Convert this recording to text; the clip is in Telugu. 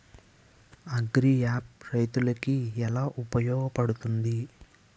అగ్రియాప్ రైతులకి ఏలా ఉపయోగ పడుతుంది?